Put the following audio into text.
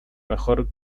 mejor